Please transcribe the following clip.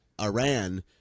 Iran